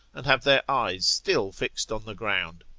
and have their eyes still fixed on the ground.